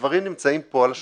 הדברים נמצאים פה על השולחן.